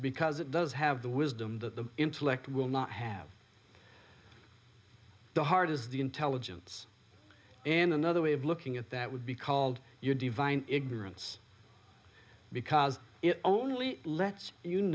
because it does have the wisdom that the intellect will not have the heart is the intelligence and another way of looking at that would be called your divine ignorance because it only lets you